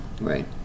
right